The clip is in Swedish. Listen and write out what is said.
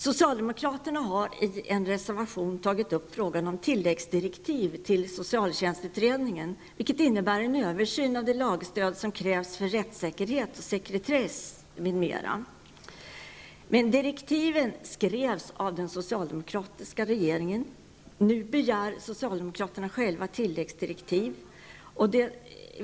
Socialdemokraterna har i en reservation tagit upp frågan om tilläggsdirektiv till socialtjänstutredningen, vilket innebär en översyn av det lagstöd som krävs för rättsäkerhet, sekretess m.m. De direktiven skrevs av den socialdemokratiska regeringen. Nu begär socialdemokraterna själva tilläggsdirektiv.